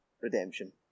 Redemption